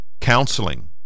Counseling